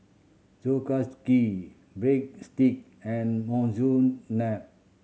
Breadstick and Monsuna